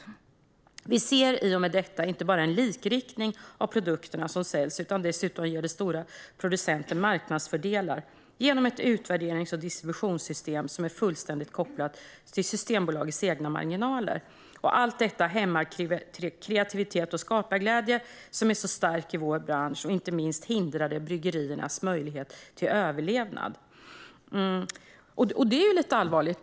Vidare säger bryggarna att de i och med detta ser inte bara en likriktning av produkterna som säljs utan dessutom att de stora producenterna ges marknadsfördelar genom ett utvärderings och distributionssystem som är fullständigt kopplat till Systembolagets egna marginaler. Allt detta hämmar kreativiteten och skaparglädjen, som är så stark i deras bransch. Inte minst hindras bryggeriernas möjlighet till överlevnad. Det här är lite allvarligt.